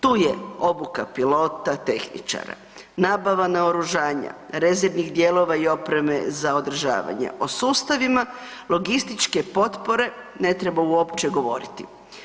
Tu je obuka pilota, tehničara, nabava naoružanja, rezervnih dijelova i opreme za održavanje, o sustavima logističke potpore ne treba uopće govoriti.